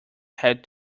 had